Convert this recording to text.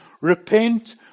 repent